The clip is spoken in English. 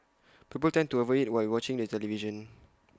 people tend to over eat while watching the television